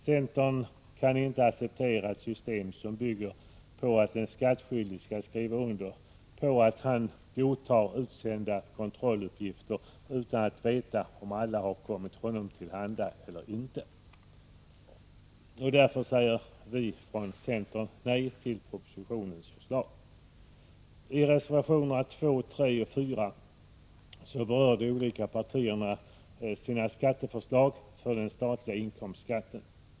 Centern kan inte acceptera ett system som bygger på att en skattskyldig skall skriva under att han godtar utsända kontrolluppgifter utan att veta om alla har kommit honom till handa eller inte. Därför säger vi från centern nej till propositionens förslag. I reservationerna 2, 3 och 4 berör de olika partierna sina förslag beträffande den statliga inkomstskatten.